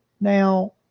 Now